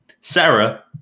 Sarah